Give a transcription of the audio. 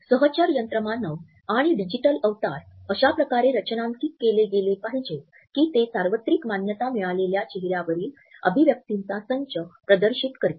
सहचर यंत्रमानव आणि डिजिटल अवतार अशा प्रकारे रचनांकित केले गेले पाहिजेत की ते सार्वत्रिक मान्यता मिळालेल्या चेहऱ्यावरील अभिव्यक्तिचा संच प्रदर्शित करतील